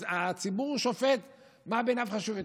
אז הציבור שופט מה בעיניו חשוב יותר.